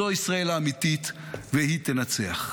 זו ישראל האמיתית והיא תנצח.